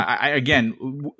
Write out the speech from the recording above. Again